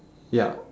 ya